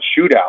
shootout